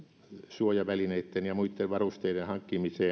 suojavälineitten ja muitten varusteiden hankkimiseen tuleva määräraha